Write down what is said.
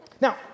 Now